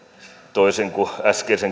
toisin kuin äskeisen